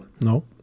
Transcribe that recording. no